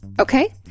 Okay